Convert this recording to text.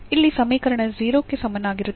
ಇಲ್ಲಿ ಸಮೀಕರಣ 0 ಕ್ಕೆ ಸಮನಾಗಿರುತ್ತದೆ